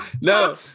No